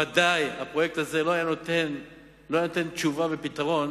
ודאי שהפרויקט הזה לא היה נותן תשובה ופתרון